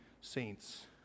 saints